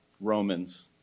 Romans